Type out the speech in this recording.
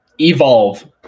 evolve